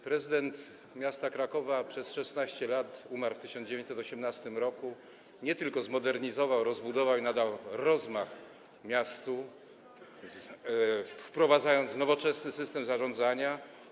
Prezydent miasta Krakowa przez 16 lat, umarł w 1918 r., nie tylko zmodernizował i rozbudował miasto, nadał mu rozmach, wprowadzając nowoczesny system zarządzania.